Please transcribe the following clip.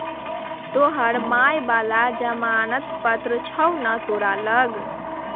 तोहर माय बला जमानत पत्र छौ ने तोरा लग